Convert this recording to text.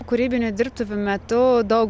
kūrybinių dirbtuvių metu daug